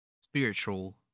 spiritual